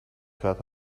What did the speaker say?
had